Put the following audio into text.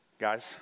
Guys